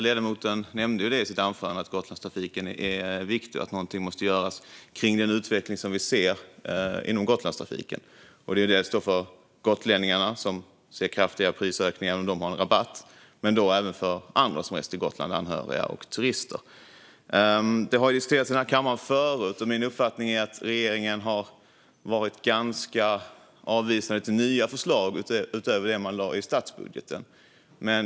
Ledamoten nämnde i sitt anförande att Gotlandstrafiken är viktig och att något måste göras med den utveckling vi ser inom Gotlandstrafiken, dels för gotlänningarna, som har fått kraftiga prisökningar men som har en rabatt, dels för andra som reser till Gotland, såsom anhöriga och turister. Detta har diskuterats här i kammaren förut, och min uppfattning är att regeringen har varit ganska avvisande till nya förslag utöver vad man har i statsbudgeten.